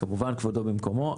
כמובן, כבודו במקומו.